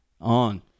on